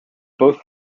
both